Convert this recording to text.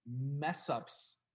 mess-ups